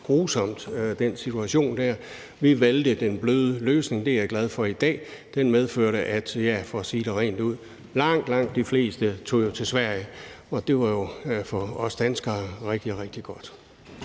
grusomt. Vi valgte den bløde løsning, og det er jeg glad for i dag. Det medførte, for at sige det rent ud, at langt, langt de fleste tog til Sverige, og det var jo for os danskere rigtig, rigtig godt.